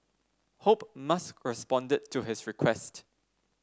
hope Musk responded to his request